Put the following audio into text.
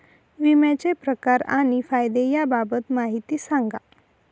विम्याचे प्रकार आणि फायदे याबाबत माहिती सांगा